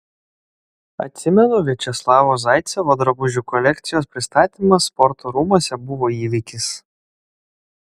atsimenu viačeslavo zaicevo drabužių kolekcijos pristatymas sporto rūmuose buvo įvykis